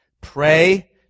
Pray